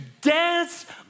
dance